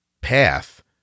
path